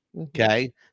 Okay